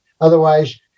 otherwise